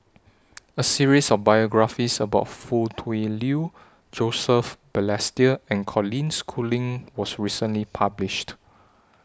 A series of biographies about Foo Tui Liew Joseph Balestier and Colin Schooling was recently published